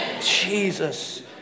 Jesus